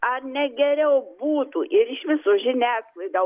ar ne geriau būtų ir iš viso žiniasklaida